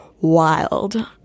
wild